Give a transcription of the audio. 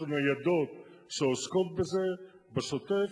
יש לו ניידות שעוסקות בזה בשוטף,